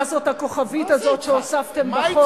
מה אתם עשיתם, ומה זאת הכוכבית הזאת שהוספתם בחוק?